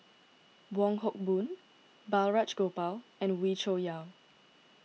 Wong Hock Boon Balraj Gopal and Wee Cho Yaw